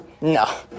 No